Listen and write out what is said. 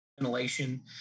ventilation